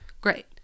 great